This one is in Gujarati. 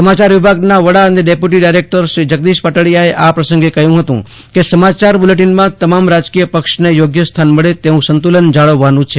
સમાચાર વિભાગના વડા અને ડેપ્યુટી ડાયરેક્ટર જગદીશ પાટડીયાએ પ્રસંગે કહ્યું હતું કે સમાચાર બુલેટીનમાં તમામ રાજકીય પક્ષને યોગ્ય સ્થાન મળે તેવું સંતુલન જાળવવાનું છે